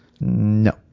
No